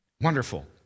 Wonderful